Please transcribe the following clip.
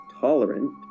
tolerant